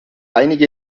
einige